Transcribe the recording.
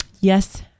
Yes